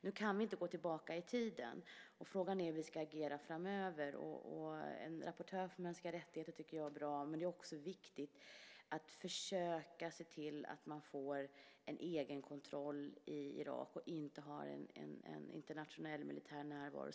Nu kan vi inte gå tillbaka i tiden, och frågan är därför hur vi ska agera framöver. En rapportör för mänskliga rättigheter tycker jag är bra, men det är också viktigt att försöka se till att irakierna så snabbt som möjligt får egenkontroll i landet, utan en internationell närvaro.